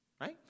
right